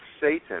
Satan